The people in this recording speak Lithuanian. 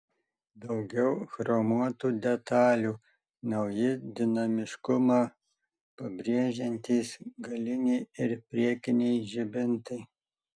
daugiau chromuotų detalių nauji dinamiškumą pabrėžiantys galiniai ir priekiniai žibintai